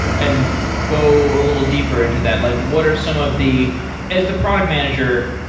and go a little deeper into that. like what are some of the as the product manager,